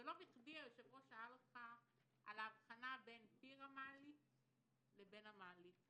לא בכדי היושב-ראש שאל אותך על האבחנה בין פיר המעלית לבין המעלית,